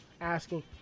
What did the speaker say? asking